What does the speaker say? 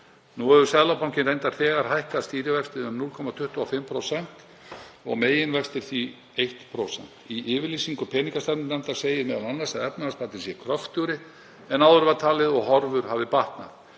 Nú hefur Seðlabankinn reyndar þegar hækkað stýrivexti um 0,25% og meginvextir því 1%. Í yfirlýsingu peningastefnunefndar segir m.a. að efnahagsbatinn sé kröftugri en áður var talið og horfur hafi batnað.